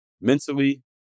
mentally